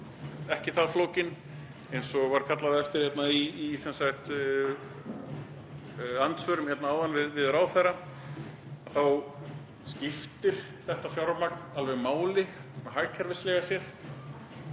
ekki það flókin. Eins og var kallað eftir hérna í andsvörum áðan við ráðherra þá skiptir þetta fjármagn alveg máli hagkerfislega séð.